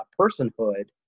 personhood